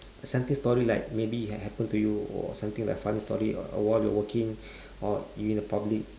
a story like maybe it had happened to you or something like funny story or or while you're working or you in a public